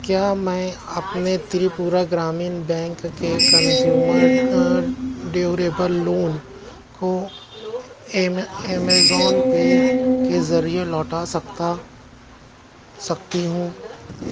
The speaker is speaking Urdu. کیا میں اپنے تریپورہ گرامین بینک کے کنزیومر اینڈ لون کو ایمے ایمیزون پے کے ذریعے لوٹا سکتا سکتی ہوں